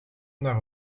maar